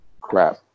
crap